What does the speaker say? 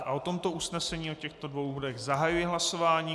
O tomto usnesení o těchto dvou bodech zahajuji hlasování.